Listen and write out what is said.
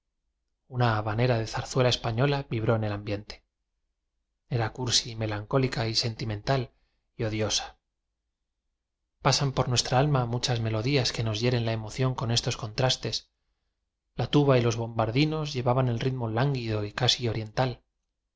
habanera de zarzuela española vibró en el ambiente era cursi y melancólica y sentimental y odiosa pasan por nuestra alma muchas melodías que nos hieren la emoción con estos con trastes la tuba y los bombardinos lle vaban el ritmo lánguido y casi oriental